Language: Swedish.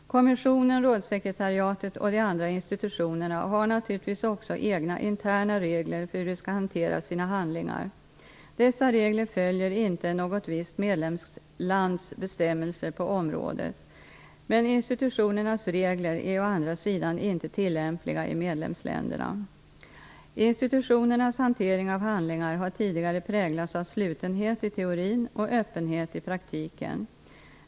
Kommissionen, rådssekretariatet och de andra institutionerna har naturligtvis också egna interna regler för hur de skall hantera sina handlingar. Dessa regler följer inte något visst medlemslands bestämmelser på området. Men institutionernas regler är å andra sidan inte tillämpliga i medlemsländerna. Institutionernas hantering av handlingar har tidigare präglats av slutenhet i teorin och öppenhet i praktiken.